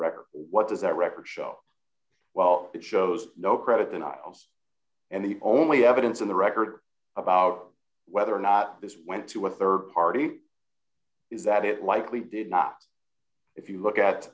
record what does that record show while it shows no credit and isles and the only evidence on the record about whether or not this went to a rd party is that it likely did not if you look at